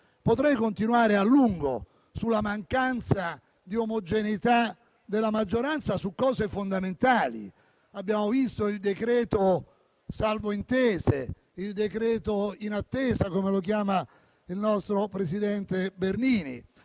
Potrei continuare a lungo sulla mancanza di omogeneità della maggioranza su aspetti fondamentali. Abbiamo visto il decreto "salvo intese", il decreto "in attesa", come lo chiama il nostro presidente Bernini.